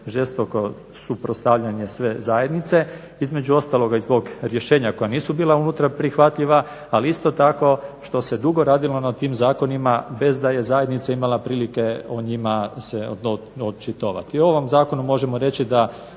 žestoko suprotstavljanje sve zajednice, između ostalog i zbog rješenja koja nisu bila unutra prihvatljiva, ali isto tako što se dugo radili na tim zakonima bez da je zajednica imala prilike o njima se očitovati. O ovom zakonu možemo reći da